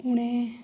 उ'नें